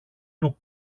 του